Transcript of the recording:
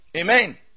Amen